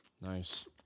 Nice